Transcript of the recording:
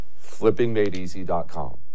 FlippingMadeEasy.com